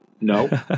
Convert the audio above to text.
No